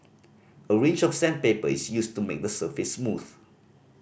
a range of sandpaper is used to make the surface smooth